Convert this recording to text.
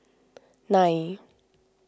nine